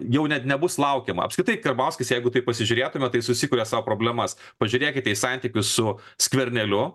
jau net nebus laukiama apskritai karbauskis jeigu taip pasižiūrėtume tai susikuria sau problemas pažiūrėkite į santykius su skverneliu